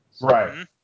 Right